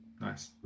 Nice